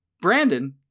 Brandon